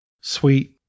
sweet